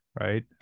right